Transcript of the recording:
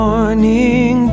Morning